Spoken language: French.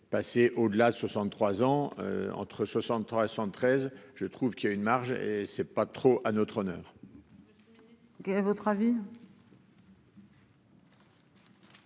Passer au delà de 63 ans entre 63 et 113. Je trouve qu'il y a une marge et ce pas trop à notre honneur.